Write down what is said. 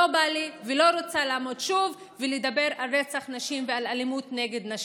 לא בא לי ולא רוצה לעמוד שוב ולדבר על רצח נשים ועל אלימות נגד נשים.